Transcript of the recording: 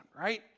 right